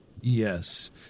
Yes